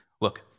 Look